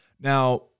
Now